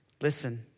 Listen